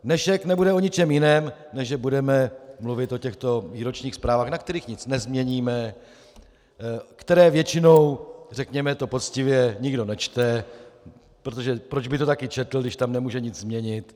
Dnešek nebude o ničem jiném, než že budeme mluvit o těchto výročních zprávách, na kterých nic nezměníme, které většinou, řekněme to poctivě, nikdo nečte, protože proč by to taky četl, když tam nemůže nic změnit.